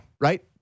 Right